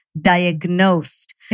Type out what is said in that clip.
diagnosed